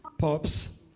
Pops